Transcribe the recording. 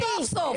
סוף סוף.